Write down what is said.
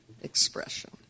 expression